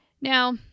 Now